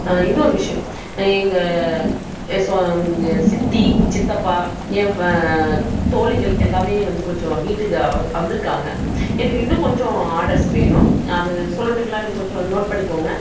இன்னோரு விஷயம் எங்கள் சித்தி சித்தப்பா என் தோழிகள் எல்லாமே வந்து கொஞ்சம் வீட்டுக்கு வந்திருக்காங்க எனக்கு இன்னும் கொஞ்சம் ஆர்டர்ஸ் வேணும் அது சொல்லட்டுங்களா நீங்கள் கொஞ்சம் நோட் அதை பண்ணிக்கோங்க